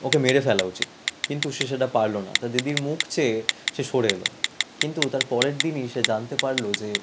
ওকে মেরে ফেলা উচিত কিন্তু সে সেটা পারলো না তার দিদির মুখ চেয়ে সে সরে এলো কিন্তু তার পরের দিনই সে জানতে পারলো যে